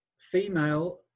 female